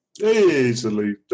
Easily